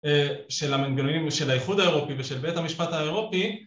של המנגנונים ושל האיחוד האירופי ושל בית המשפט האירופי